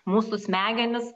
mūsų smegenys